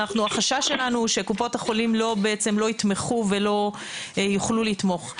החשש שלנו הוא שקופות החולים לא יתמכו ולא יוכלו לתמוך.